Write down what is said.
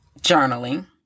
journaling